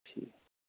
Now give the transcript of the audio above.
ठीक